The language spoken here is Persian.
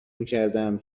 میکردم